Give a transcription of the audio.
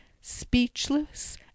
speechless